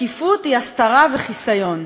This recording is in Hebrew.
שקיפות היא הסתרה וחיסיון.